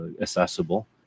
accessible